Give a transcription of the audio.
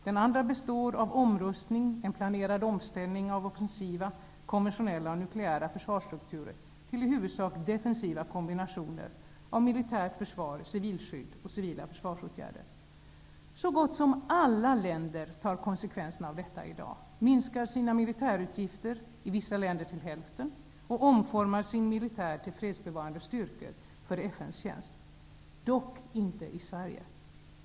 Den andra består av omrustning, en planerad omställning av offensiva, konventionella och nukleära försvarsstrukturer till i huvudsak defensiva kombinationer av militärt försvar, civilskydd och civila försvarsåtgärder. Så gott som alla länder tar konsekvenserna av detta i dag; de minskar sina militärutgifter, i vissa länder till hälften, och omformar sin militär till fredsbevarande styrkor för FN:s tjänst. Dock inte i Sverige!